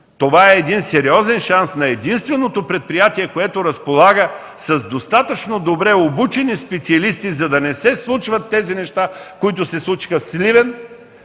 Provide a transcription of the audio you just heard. Това е един сериозен шанс на единственото предприятие, което разполага с достатъчно добре обучени специалисти, за да не се случват тези неща, които се случиха в Сливен,